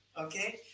okay